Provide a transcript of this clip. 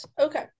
Okay